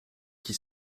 qui